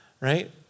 right